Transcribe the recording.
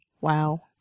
Wow